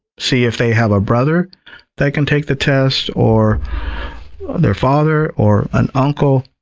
see if they have a brother that can take the test, or their father, or an uncle,